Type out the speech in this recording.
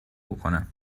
بکنم